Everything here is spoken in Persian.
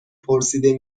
پرسیده